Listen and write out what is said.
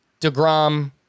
deGrom